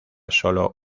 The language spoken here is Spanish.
solo